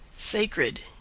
sacred,